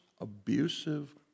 abusive